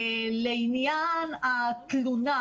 לעניין התלונה